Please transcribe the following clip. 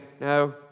no